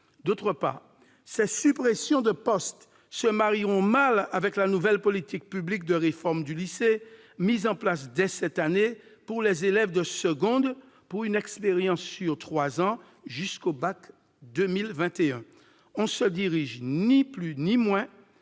ailleurs, ces suppressions de postes se marieront mal avec la nouvelle politique publique de réforme du lycée, mise en place dès cette année pour les élèves de seconde pour une expérience sur trois ans, jusqu'au bac 2021. On se dirige, ni plus ni moins,